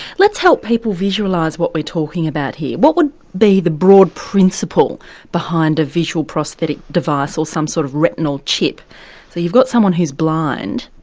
let's help people visualise what we're talking about here. what would be the broad principle behind a visual prosthetic device or some sort of retinal chip? so you've got someone who's blind.